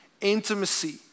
intimacy